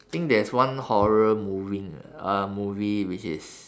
think there's one horror moving uh uh movie which is